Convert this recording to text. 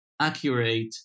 accurate